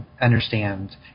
understand